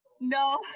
No